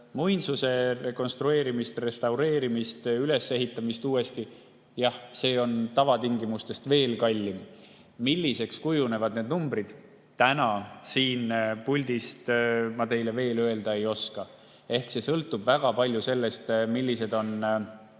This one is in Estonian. muinsuste rekonstrueerimist, restaureerimist, uuesti ülesehitamist, siis jah, see on tavatingimustest veel kallim. Milliseks kujunevad need numbrid? Täna siin puldist ma teile veel seda öelda ei oska. See sõltub väga palju sellest, milline on